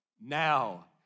now